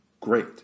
great